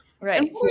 right